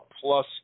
plus